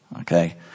Okay